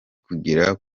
kugera